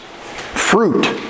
Fruit